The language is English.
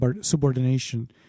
subordination